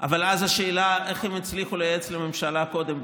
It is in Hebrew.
אבל אז השאלה היא איך הם הצליחו לייעץ לממשלה קודם,